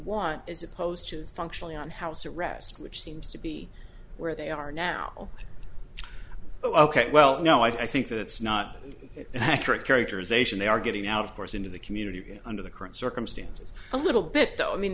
want as opposed to functionally on house arrest which seems to be where they are now ok well you know i think that's not an accurate characterization they are getting out of course into the community under the current circumstances a little bit though i mean